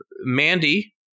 Mandy